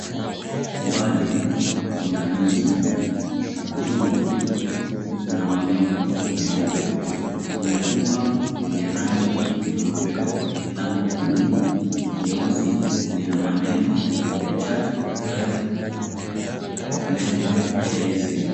Mbali kuna miti, juu kuna mawingu meupe. Kuna jumba lenye rangi nyeupe, lango kuu nyeusi lina maneno, The Church of Christ of Latter Day Saints.